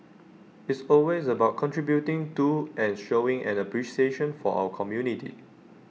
it's always about contributing to and showing an appreciation for our community